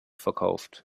verkauft